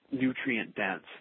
nutrient-dense